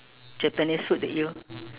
Japanese food the eel